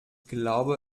glaube